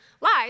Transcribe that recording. lies